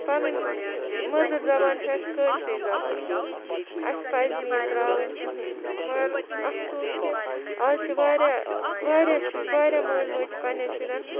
پَنٕنۍ مٔدٕر زبان چھےٚ اَسہِ کٲشرٕے زبان اَسہِ پَزِ نہٕ یہِ ترٛاوٕنۍ کِہیٖنۍ مگر افسوس کہِ اَز چھِ واریاہ واریاہ شُرۍ واریاہ مٲلۍ مٲج پںٛنٮ۪ن شُرٮ۪ن